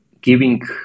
giving